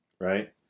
Right